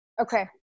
okay